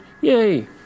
Yay